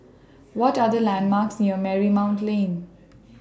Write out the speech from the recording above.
What Are The landmarks near Marymount Lane